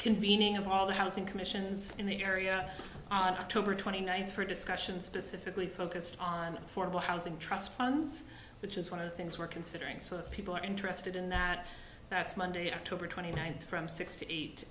convening of all the housing commissions in the area october twenty ninth for discussion specifically focused on affordable housing trust funds which is one of the things we're considering so people are interested in that that's monday october twenty ninth from six to eight